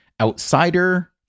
outsider